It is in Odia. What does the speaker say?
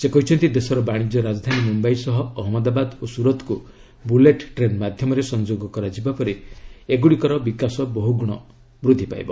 ସେ କହିଛନ୍ତି ଦେଶର ବାଶିଜ୍ୟ ରାଜଧାନୀ ମୁମ୍ବାଇ ସହ ଅହମ୍ମଦାବାଦ ଓ ସୁରତ୍କୁ ବୁଲେଟ୍ ଟ୍ରେନ୍ ମାଧ୍ୟମରେ ସଂଯୋଗ କରାଯିବା ପରେ ଏଗୁଡ଼ିକର ବିକାଶ ବହୁ ଗୁଣ ବୃଦ୍ଧି ପାଇବ